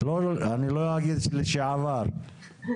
אני לא אגיד לשעבר.